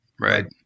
right